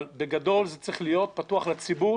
אבל בגדול זה צריך להיות פתוח לציבור,